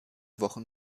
wochen